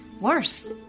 Worse